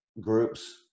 groups